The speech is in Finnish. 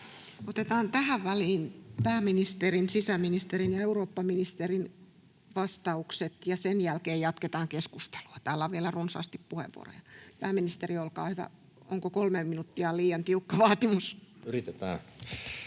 Otetaan tähän väliin pääministerin, sisäministerin ja eurooppaministerin vastaukset, ja sen jälkeen jatketaan keskustelua. Täällä on vielä runsaasti puheenvuoroja. — Pääministeri, olkaa hyvä. Onko kolme minuuttia liian tiukka vaatimus? [Petteri